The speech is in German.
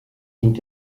dient